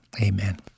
Amen